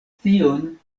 tion